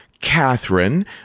Catherine